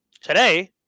Today